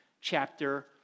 Chapter